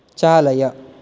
चालय